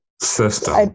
system